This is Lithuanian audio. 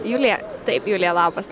julija taip julija labas